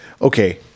Okay